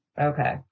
Okay